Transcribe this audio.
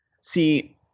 see